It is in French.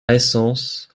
essence